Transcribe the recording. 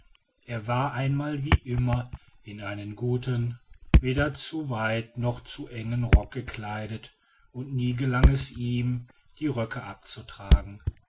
er war einmal wie immer in einen guten weder zu weiten noch zu engen rock gekleidet und nie gelang es ihm die röcke abzutragen